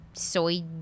Soy